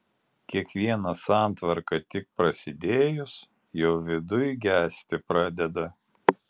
kiekviena santvarka tik prasidėjus jau viduj gesti pradeda